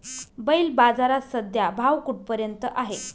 बैल बाजारात सध्या भाव कुठपर्यंत आहे?